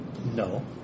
No